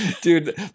dude